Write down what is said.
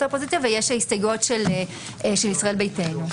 האופוזיציה ויש הסתייגויות של ישראל ביתנו.